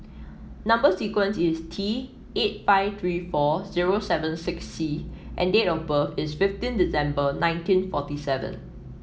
number sequence is T eight five three four zero seven six C and date of birth is fifteen December nineteen forty seven